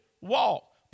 walk